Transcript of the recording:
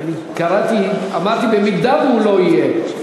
קראתי, אמרתי: אם הוא לא יהיה.